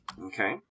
Okay